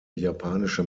japanische